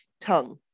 tongue